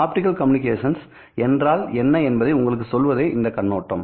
optical communications என்றால் என்ன என்பதை உங்களுக்குச் சொல்வதே இந்த கண்ணோட்டம்